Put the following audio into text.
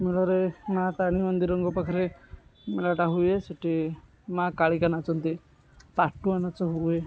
ମେଳାରେ ମାଆ ତାରିଣୀ ମନ୍ଦିରଙ୍କ ପାଖରେ ମେଳାଟା ହୁଏ ସେଠି ମାଆ କାଳିକା ନାଚନ୍ତି ପାଟୁଆ ନାଚ ହୁଏ